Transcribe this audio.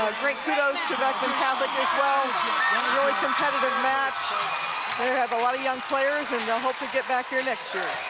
great kudos to beckman catholic as well really competitive match they have a lot of young players and they hope to get back here next year.